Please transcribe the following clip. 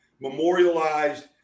memorialized